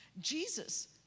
jesus